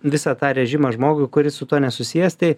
visą tą režimą žmogui kuris su tuo nesusijęs tai